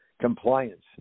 compliance